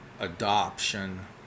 adoption